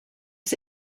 was